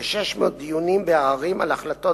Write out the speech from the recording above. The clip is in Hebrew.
וכ-600 דיונים בעררים על החלטות